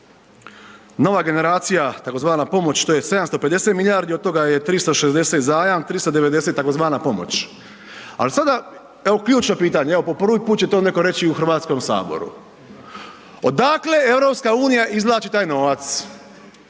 nova generacija tzv. pomoć, to je 750 milijardi, od toga je 360 zajam, 390 tzv. pomoć. Ali sada evo ključno pitanje, evo po prvi put će to netko reći u Hrvatskom saboru. Odakle EU izvlači taj novac?